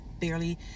barely